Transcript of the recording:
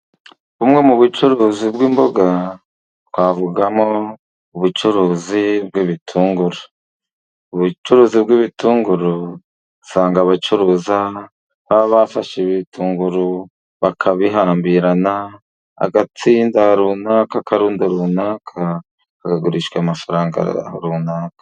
Bumwe mu bucuruzi bw'imboga twavugamo ubucuruzi bw'ibitunguru. Ubucuruzi bw'ibitunguru usanga abacuruza baba bafashe ibitunguru bakabihambirana agatsinda runaka k'akarunda runaka hakagurishwa amafaranga runaka.